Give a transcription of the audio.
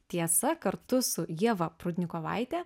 tiesa kartu su ieva prudnikovaite